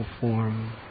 form